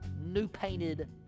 new-painted